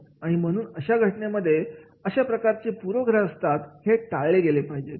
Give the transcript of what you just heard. आणि म्हणून अशा घटनेमध्ये अशा प्रकारचे पूर्वग्रह असतात हे टाळले गेले पाहिजे